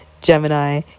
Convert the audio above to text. Gemini